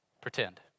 Pretend